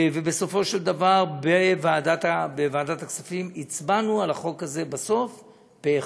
ובסופו של דבר הצבענו בוועדת הכספים על החוק הזה פה אחד.